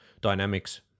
dynamics